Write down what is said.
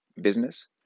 business